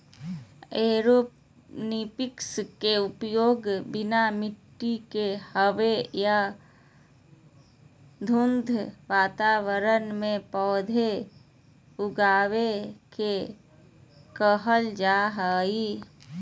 aeroponics के उपयोग बिना मिट्टी के हवा या धुंध वातावरण में पौधा उगाबे के कहल जा हइ